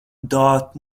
dot